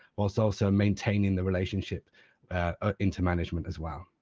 whilst also maintaining the relationship ah into management as well.